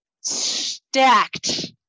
stacked